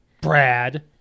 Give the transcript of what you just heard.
brad